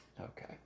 Okay